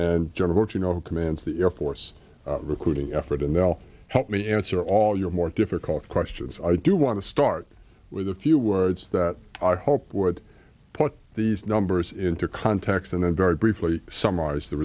and general watching over commands the air force recruiting effort and they'll help me answer all your more difficult questions i do want to start with a few words that i hope would put these numbers into context and then very briefly summarize the